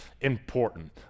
important